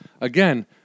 again